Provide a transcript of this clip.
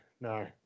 no